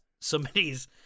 somebody's